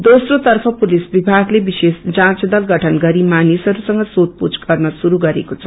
दोस्रो तर्फ पुलिस विभागले विशेष जाँच दल गठन गरी मानिसहरूसँग सोष पूछ गर्न श्रुस गरेको छ